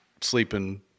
sleeping